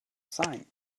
sein